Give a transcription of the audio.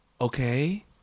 Okay